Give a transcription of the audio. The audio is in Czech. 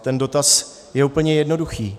Ten dotaz je úplně jednoduchý.